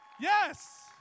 Yes